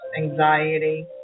anxiety